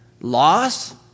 loss